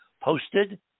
posted